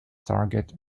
target